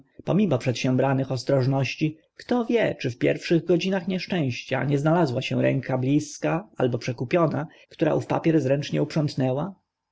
pomimo przedsiębranych ostrożności kto wie czy w pierwszych godzinach nieszczęścia nie znalazła się ręka bliska albo przekupiona która ów papier zręcznie uprzątnęła